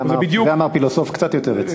את זה אמר פילוסוף קצת יותר רציני.